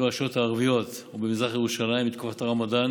ברשויות ערביות ובמזרח ירושלים בתקופת הרמדאן